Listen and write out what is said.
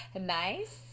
Nice